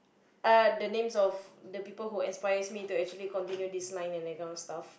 uh the names of the people who aspires me actually continue this line and that kind of stuff